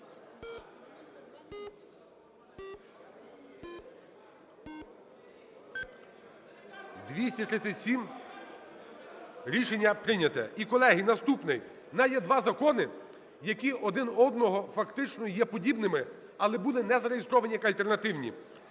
237. Рішення прийнято. І, колеги, наступний… у нас є два закони, які один одному фактично є подібними, але були не зареєстровані як альтернативні.